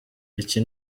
iki